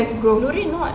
nurin not